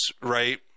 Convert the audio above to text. right